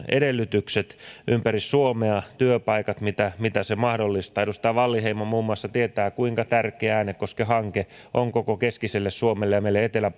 edellytykset ympäri suomea työpaikat jotka se mahdollistaa edustaja wallinheimo muun muassa tietää kuinka tärkeä äänekosken hanke on koko keskiselle suomelle ja meille etelä